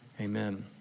Amen